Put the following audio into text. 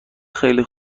خیلی